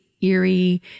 eerie